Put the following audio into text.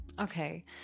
Okay